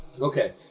okay